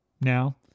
Now